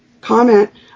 comment